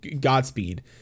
Godspeed